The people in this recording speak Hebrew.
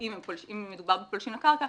מדובר בפולשים לקרקע,